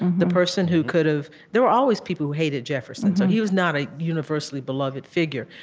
the person who could have there were always people who hated jefferson, so he was not a universally beloved figure.